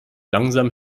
langsam